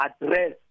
address